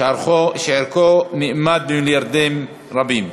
שערכו נאמד במיליארדים רבים.